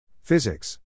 Physics